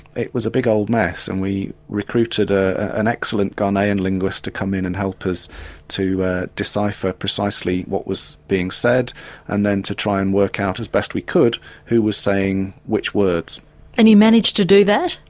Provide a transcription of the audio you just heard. it was a big old mess and we recruited ah an excellent ghanaian linguist to come and help us to decipher precisely what was being said and then to try and work out as best we could who was saying which words and you managed to do that?